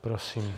Prosím.